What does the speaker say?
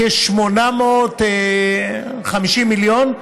כ-850 מיליון,